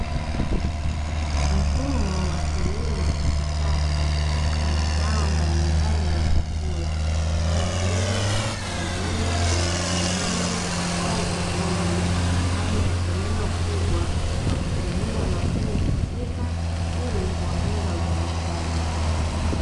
Mfumo wa kilimo cha kisasa cha mazao mbalimbali ya chakula kama vile chainizi, figiri au kabeji, ndani ya eneo kubwa kwa kutumia mashine husika ili kuongeza uzalishaji.